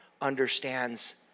understands